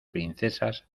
princesas